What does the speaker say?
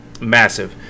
massive